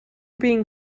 being